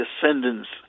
descendants